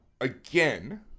again